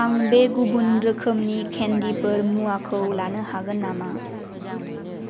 आं बे गुबुन रोखोमनि केन्दिफोर मुवाखौ लानो हागोन नामा